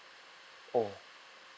oh